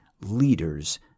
leaders